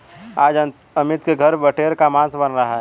आज अमित के घर बटेर का मांस बन रहा है